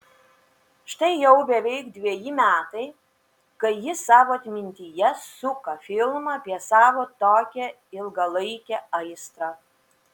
štai jau beveik dveji metai kai ji savo atmintyje suka filmą apie savo tokią ilgalaikę aistrą